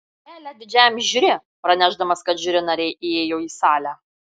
kelią didžiajam žiuri pranešdamas kad žiuri nariai įėjo į salę